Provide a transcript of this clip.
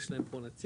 יש להם פה נציג,